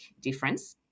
difference